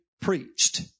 preached